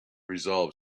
resolve